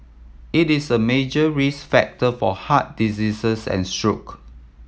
it is a major risk factor for heart diseases and stroke